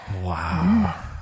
Wow